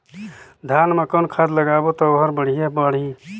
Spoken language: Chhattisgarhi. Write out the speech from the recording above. धान मा कौन खाद लगाबो ता ओहार बेडिया बाणही?